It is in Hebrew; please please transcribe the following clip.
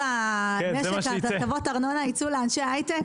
המשק הטבות ארנונה יצאו לאנשי ההייטק?